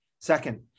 Second